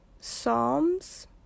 Psalms